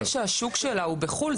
זה שהשוק שלה הוא בחו"ל,